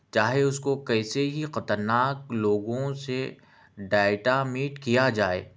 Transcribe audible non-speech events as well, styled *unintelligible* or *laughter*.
چاہے اس کو کیسے ہی خطرناک لوگوں سے *unintelligible* کیا جائے